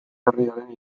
herriaren